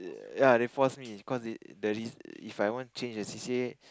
ya they force me cause they the re~ If I want change the c_c_a